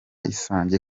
isange